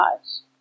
eyes